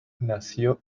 nació